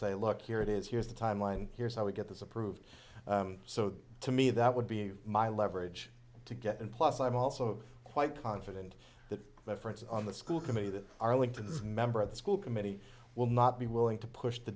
say look here it is here's the timeline here's how we get this approved so to me that would be my leverage to get in plus i'm also quite confident that reference on the school committee that are linked to this member of the school committee will not be willing to push the